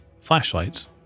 flashlights